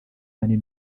ahanini